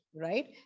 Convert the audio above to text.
Right